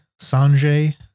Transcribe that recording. Sanjay